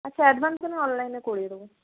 আচ্ছা অ্যাডভান্স আমি অনলাইনে করিয়ে দেবো